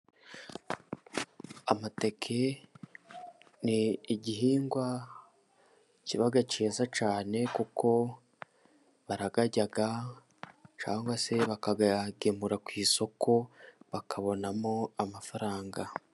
Amateke ni igihingwa kiba cyiza cyane, kuko barayarya, cyangwa se bakayagemura ku isoko bakabonamo amafaranga.